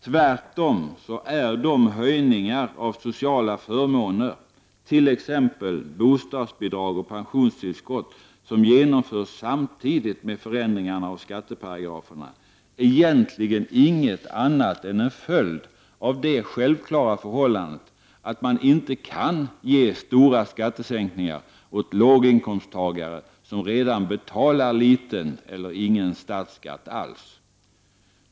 Tvärtom är de höjningar av sociala förmåner, t.ex. bostadsbidrag och pensionstillskott, som genomförs samtidigt med förändringarna av skatteparagraferna egentligen inte annat än en följd av det självklara förhållandet att man inte kan ge stora skattesänkningar åt låginkomsttagare som redan betalar liten eller ingen statsskatt alls.